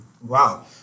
Wow